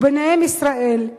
וביניהן ישראל,